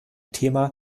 thema